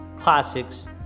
Classics